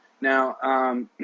Now